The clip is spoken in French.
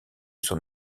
son